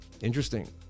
Interesting